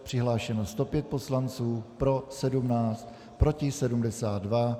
Přihlášeno 105 poslanců, pro 17, proti 72.